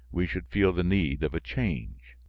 we should feel the need of change?